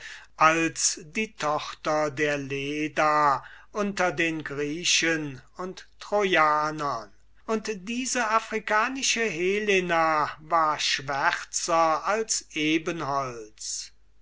als die tochter der leda unter den griechen und trojanern und diese africanische helena war schwärzer als